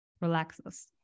relaxes